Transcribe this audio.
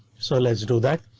so let's do that.